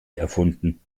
erfunden